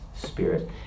spirit